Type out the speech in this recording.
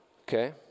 Okay